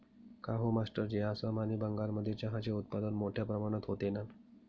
काहो मास्टरजी आसाम आणि बंगालमध्ये चहाचे उत्पादन मोठया प्रमाणात होते ना